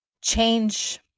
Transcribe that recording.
change